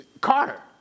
Carter